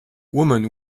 woman